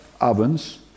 ovens